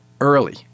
early